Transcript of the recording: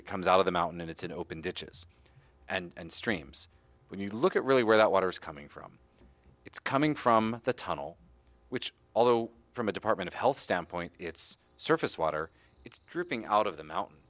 it comes out of the mountain and it's an open ditches and streams when you look at really where that water is coming from it's coming from the tunnel which although from a department of health standpoint it's surface water it's dripping out of the mountain